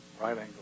right-angle